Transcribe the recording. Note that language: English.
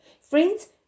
Friends